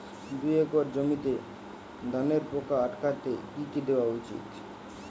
দুই একর জমিতে ধানের পোকা আটকাতে কি দেওয়া উচিৎ?